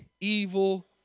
evil